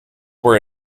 were